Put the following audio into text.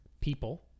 people